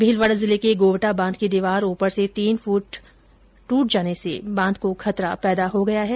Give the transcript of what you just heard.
भीलवाड़ा जिले के गोवटा बांध की दीवार ऊपर से तीन फुट टूट जाने से बांध को खतरा पैदा हो गया है